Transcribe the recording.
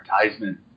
advertisement